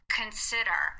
consider